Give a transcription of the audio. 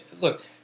look